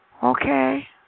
okay